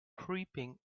creeping